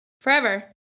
forever